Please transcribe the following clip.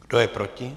Kdo je proti?